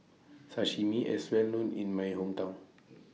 Sashimi IS Well known in My Hometown